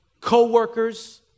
co-workers